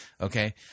Okay